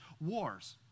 Wars